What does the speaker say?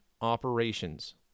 Operations